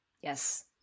Yes